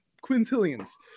quintillions